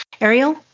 Ariel